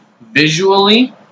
visually